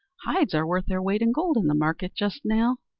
hides are worth their weight in gold in the market just now.